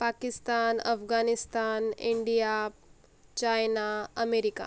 Pakistan Afghanistan India China America